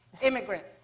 immigrant